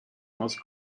most